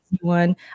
one